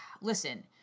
listen